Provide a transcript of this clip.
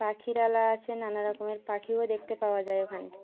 পাখিরালয় আসে নানা রকমের পাখিও দেখতে পাওয়া যায় ওখানে